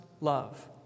love